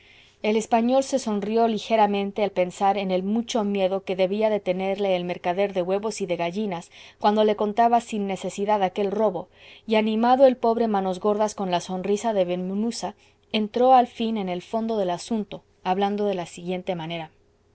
el español se sonrió ligeramente al pensar en el mucho miedo que debía de tenerle el mercader de huevos y de gallinas cuando le contaba sin necesidad aquel robo y animado el pobre manos gordas con la sonrisa de ben munuza entró al fin en el fondo del asunto hablando de la siguiente manera